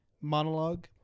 monologue